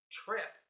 trip